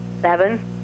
seven